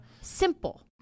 Simple